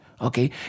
okay